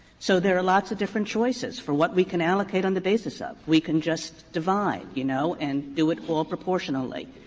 so there are lots of different choices for what we can allocate on the basis of. we can just divide, you know, and do it all proportionally.